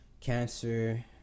cancer